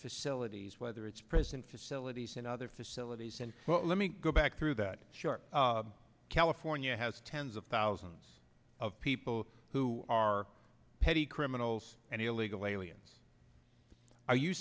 facilities whether it's prison facilities and other facilities and let me go back through that chart california has tens of thousands of people who are petty criminals and illegal aliens are you